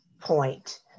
point